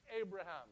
Abraham